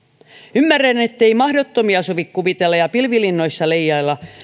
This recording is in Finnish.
ymmärrän ettei mahdottomia sovi kuvitella ja pilvilinnoissa leijailla